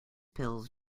pills